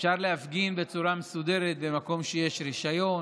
אפשר להפגין בצורה מסודרת במקום שבו יש רישיון,